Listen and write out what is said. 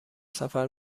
سفر